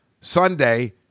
Sunday